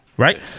Right